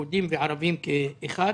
יהודים וערבים כאחד,